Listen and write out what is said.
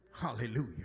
Hallelujah